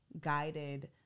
guided